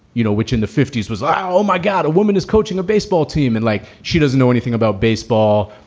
you know, which in the fifty s was like, oh, my god, a woman is coaching a baseball team and like she doesn't know anything about baseball.